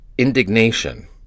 indignation